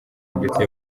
ndetse